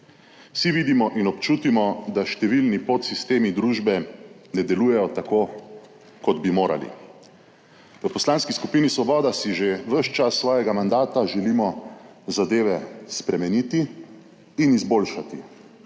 Vsi vidimo in občutimo, da številni podsistemi družbe ne delujejo tako kot bi morali. V Poslanski skupini Svoboda si že ves čas svojega mandata želimo zadeve spremeniti in izboljšati,